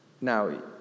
Now